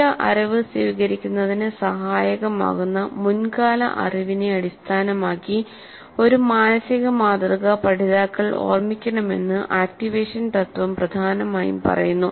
പുതിയ അറിവ് സ്വീകരിക്കുന്നതിന് സഹായകമാകുന്ന മുൻകാല അറിവിനെ അടിസ്ഥാനമാക്കി ഒരു മാനസിക മാതൃക പഠിതാക്കൾ ഓർമ്മിക്കണമെന്ന് ആക്റ്റിവേഷൻ തത്വം പ്രധാനമായും പറയുന്നു